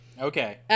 Okay